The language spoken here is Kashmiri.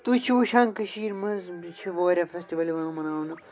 تُہۍ چھِو وُچھان کٔشیٖرِ مںٛز یہِ چھِ وارِیاہ فیسٹٕول یِوان مناونہٕ